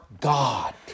God